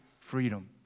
freedom